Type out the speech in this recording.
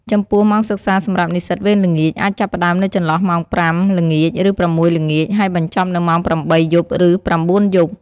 ចំពោះម៉ោងសិក្សាសម្រាប់និស្សិតវេនល្ងាច អាចចាប់ផ្តើមនៅចន្លោះម៉ោង ៥ ល្ងាច ឬ ៦ ល្ងាច ហើយបញ្ចប់នៅម៉ោង ៨ យប់ ឬ ៩ យប់។